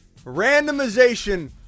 Randomization